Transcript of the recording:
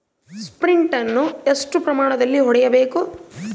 Sprint ಅನ್ನು ಎಷ್ಟು ಪ್ರಮಾಣದಲ್ಲಿ ಹೊಡೆಯಬೇಕು?